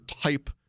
type